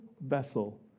vessel